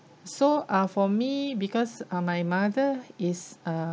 so uh for me because uh my mother is uh